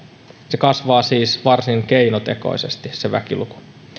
se väkiluku kasvaa siis varsin keinotekoisesti